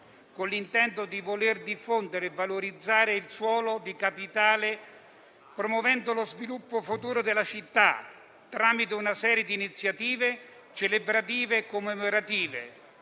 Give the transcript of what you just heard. con l'intento di voler diffondere e valorizzare il suo ruolo di capitale, promuovendo lo sviluppo futuro della città, tramite una serie di iniziative celebrative e commemorative,